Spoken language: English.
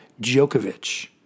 Djokovic